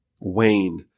wane